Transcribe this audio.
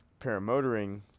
paramotoring